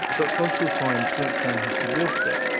but fossil finds since then have dwarfed it.